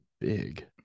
big